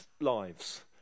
lives